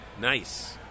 Nice